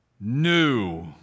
new